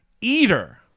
eater